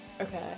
Okay